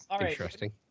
interesting